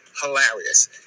hilarious